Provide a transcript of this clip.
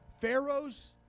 pharaohs